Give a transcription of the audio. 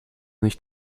nicht